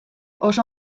oso